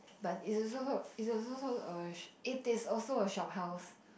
but is is also is is also a it is also a shop house